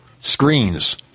screens